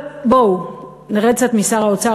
אבל בואו נרד קצת משר האוצר.